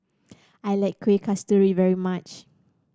I like Kueh Kasturi very much